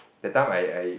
that time I I